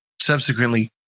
subsequently